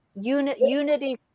Unity